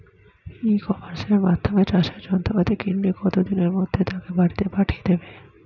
ই কমার্সের মাধ্যমে চাষের যন্ত্রপাতি কিনলে কত দিনের মধ্যে তাকে বাড়ীতে পাঠিয়ে দেবে?